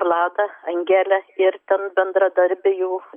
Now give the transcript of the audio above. vladą angelę ir ten bendradarbį jų